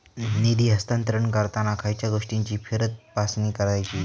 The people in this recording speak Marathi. निधी हस्तांतरण करताना खयच्या गोष्टींची फेरतपासणी करायची?